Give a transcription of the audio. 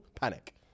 Panic